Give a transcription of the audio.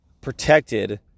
protected